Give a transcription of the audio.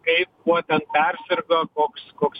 kaip kuo persirgo koks koks